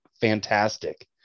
fantastic